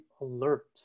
alert